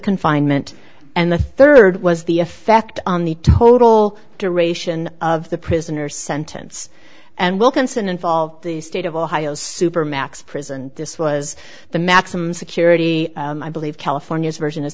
confinement and the third was the effect on the total duration of the prisoner sentence and wilkinson involved the state of ohio supermax prison this was the maximum security i believe california's version is